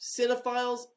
cinephiles